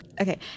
Okay